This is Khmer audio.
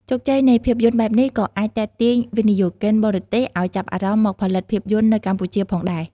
ជោគជ័យនៃភាពយន្តបែបនេះក៏អាចទាក់ទាញវិនិយោគិនបរទេសឲ្យចាប់អារម្មណ៍មកផលិតភាពយន្តនៅកម្ពុជាផងដែរ។